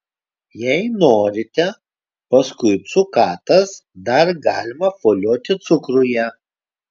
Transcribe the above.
jei norite paskui cukatas dar galima apvolioti cukruje